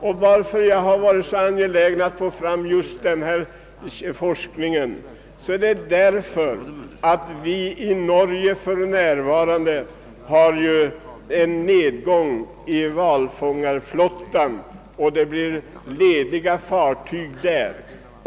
Och anledningen till att jag har varit så angelägen om att denna forskning nu kommer till stånd är att det för närvarande sker en minskning av valfångarflottan i Norge så att fartyg blir lediga där.